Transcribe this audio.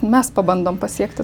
mes pabandome pasiekti